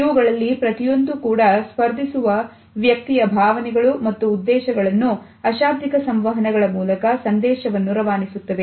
ಇವುಗಳಲ್ಲಿ ಪ್ರತಿಯೊಂದು ಕೂಡ ಸ್ಪರ್ಧಿಸುತ್ತಿರುವ ವ್ಯಕ್ತಿಯ ಭಾವನೆಗಳು ಮತ್ತು ಉದ್ದೇಶಗಳನ್ನು ಅಶಾಬ್ದಿಕ ಸಂವಹನಗಳ ಮೂಲಕ ಸಂದೇಶವನ್ನು ರವಾನಿಸುತ್ತವೆ